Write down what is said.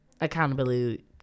accountability